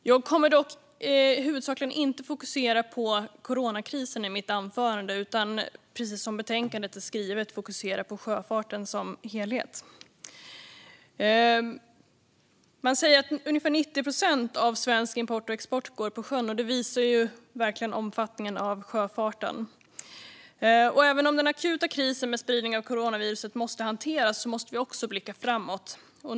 Jag kommer i mitt anförande dock huvudsakligen inte att fokusera på coronakrisen utan i enlighet med betänkandet ägna mig åt sjöfarten som helhet. Ungefär 90 procent av svensk import och export går på sjön. Det visar verkligen sjöfartens omfattning. Även om den akuta krisen med coronavirusets spridning måste hanteras måste vi också blicka framåt.